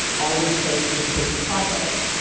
all those folks were supposed to be processed.